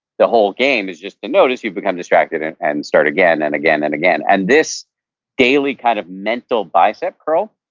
the whole game is just to notice you've become distracted, and and start again, and again, and again. and this daily kind of mental bicep curl